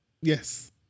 yes